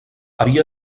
havia